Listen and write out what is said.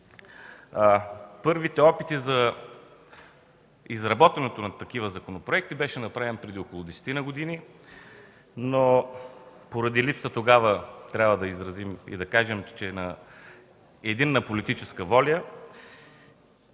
Първите опити за подготвянето на такива законопроекти бяха направени преди около десетина години, но поради липса тогава – трябва да кажем, на единна политическа воля